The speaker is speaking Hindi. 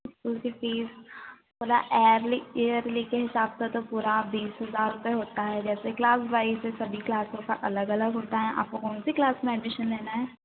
इस्कूल की फीस पोला ईयरली के हिसाब से तो पूरा बीस हजार रुपये होता है जैसे क्लास वाइज है सभी क्लासों का अलग अलग होता है आपको कौन सी क्लास में एडमिशन लेना है